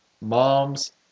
mom's